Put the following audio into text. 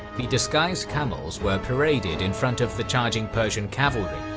the disguised camels were paraded in front of the charging persian cavalry,